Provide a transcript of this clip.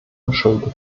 verschuldete